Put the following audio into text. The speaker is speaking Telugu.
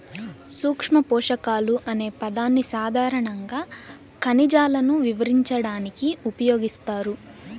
సూక్ష్మపోషకాలు అనే పదాన్ని సాధారణంగా ఖనిజాలను వివరించడానికి ఉపయోగిస్తారు